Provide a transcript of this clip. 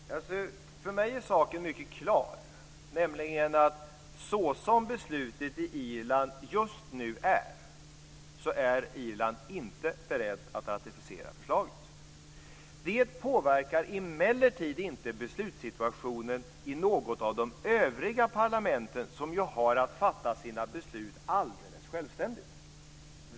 Fru talman! För mig är saken mycket klar. Såsom beslutet i Irland just nu ser ut är Irland inte berett att ratificera förslaget. Det påverkar emellertid inte beslutssituationen i något av de övriga parlamenten, som ju har att fatta sina beslut alldeles självständigt.